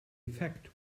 effect